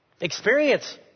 Experience